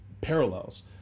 parallels